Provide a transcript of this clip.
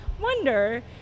wonder